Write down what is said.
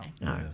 no